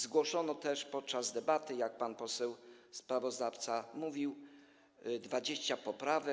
Zgłoszono też podczas debaty, jak pan poseł sprawozdawca mówił, 20 poprawek.